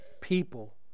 people